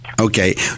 Okay